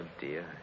dear